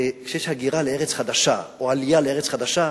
לארץ חדשה או עלייה לארץ חדשה,